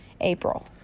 April